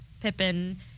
Pippen